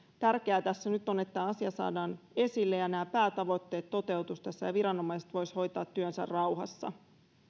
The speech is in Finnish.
tärkeää tässä nyt on että tämä asia saadaan esille ja nämä päätavoitteet toteutuisivat tässä ja viranomaiset voisivat hoitaa työnsä rauhassa